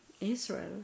Israel